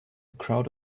crowd